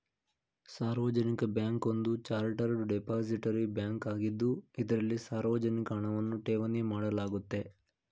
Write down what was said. ಸಾರ್ವಜನಿಕ ಬ್ಯಾಂಕ್ ಒಂದು chartered depository bank ಆಗಿದ್ದು ಇದ್ರಲ್ಲಿ ಸಾರ್ವಜನಿಕ ಹಣವನ್ನ ಠೇವಣಿ ಮಾಡಲಾಗುತ್ತೆ